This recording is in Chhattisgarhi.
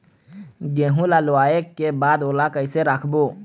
गेहूं ला लुवाऐ के बाद ओला कइसे राखबो?